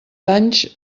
anys